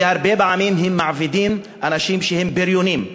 כי הרבה פעמים הם מעבידים אנשים שהם בריונים.